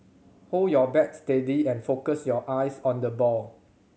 hold your bat steady and focus your eyes on the ball